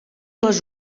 les